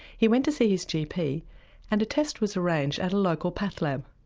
he went to see his gp and a test was arranged at a local path lab.